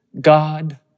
God